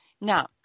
Now